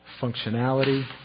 functionality